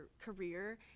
career